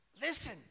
listen